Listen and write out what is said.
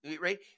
right